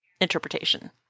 Interpretation